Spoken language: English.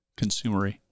consumery